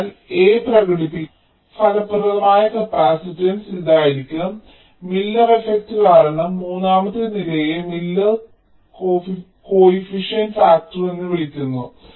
അതിനാൽ A പ്രകടിപ്പിക്കുന്ന ഫലപ്രദമായ കപ്പാസിറ്റൻസ് ഇതായിരിക്കും മില്ലർ എഫ്ഫക്റ്റ് കാരണം മൂന്നാമത്തെ നിരയെ മില്ലർ കോഫിഫിഷ്യന്റ് ഫാക്ടർ എന്ന് വിളിക്കുന്നു